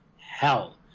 hell